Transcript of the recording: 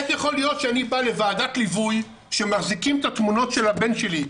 איך יכול להיות שאני בא לוועדת ליווי שמחזיקים את התמונות של הבן שלי,